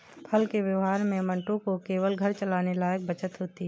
फल के व्यापार में मंटू को केवल घर चलाने लायक बचत होती है